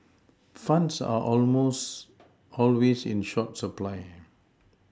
funds are almost always in short supply